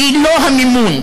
אוניברסיטה.